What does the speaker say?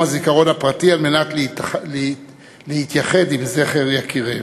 הזיכרון הפרטי על מנת להתייחד עם זכר יקיריהן.